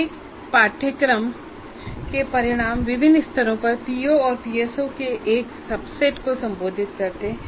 प्रत्येक पाठ्यक्रम के परिणाम विभिन्न स्तरों पर पीओ और पीएसओ के एक सबसेट को संबोधित करते हैं